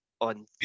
on